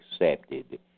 accepted